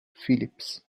phillips